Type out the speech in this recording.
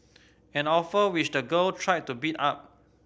an offer which the girl tried to beat up